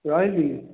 ରହିଲି